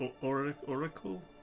Oracle